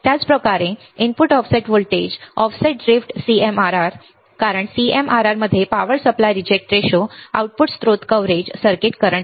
त्याच प्रकारे input offset voltage voltage drift right CMRR कारण CMRR मध्ये power supply reject ratio output स्त्रोत कव्हरेज सर्किट करंट